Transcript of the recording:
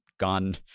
gone